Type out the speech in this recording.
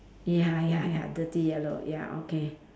ya ya ya dirty yellow ya okay